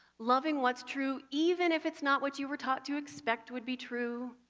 loving what's true even if it's not what you were taught to expect would be true,